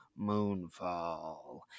Moonfall